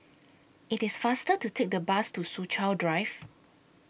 IT IS faster to Take The Bus to Soo Chow Drive